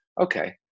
Okay